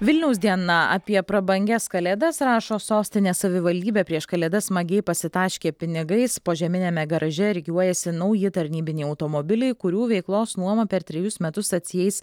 vilniaus diena apie prabangias kalėdas rašo sostinės savivaldybė prieš kalėdas smagiai pasitaškė pinigais požeminiame garaže rikiuojasi nauji tarnybiniai automobiliai kurių veiklos nuoma per trejus metus atsieis